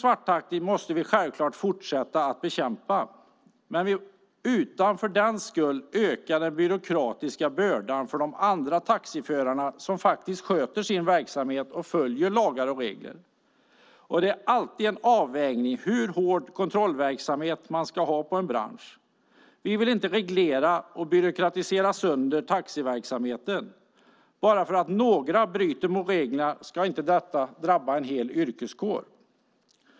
Vi måste självfallet fortsätta att bekämpa problemet med svarttaxi utan att för den skull öka den byråkratiska bördan för de taxiförare som sköter sin verksamhet och följer lagar och regler. Det är alltid en avvägning hur hård kontrollverksamhet man ska ha på en bransch. Vi vill inte reglera och byråkratisera sönder taxiverksamheten. Att några bryter mot reglerna ska inte drabba en hel yrkeskår.